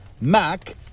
Mac